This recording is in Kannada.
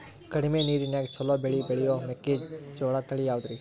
ಕಡಮಿ ನೇರಿನ್ಯಾಗಾ ಛಲೋ ಬೆಳಿ ಬೆಳಿಯೋ ಮೆಕ್ಕಿಜೋಳ ತಳಿ ಯಾವುದ್ರೇ?